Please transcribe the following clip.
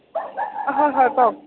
হয় হয় কওক